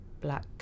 black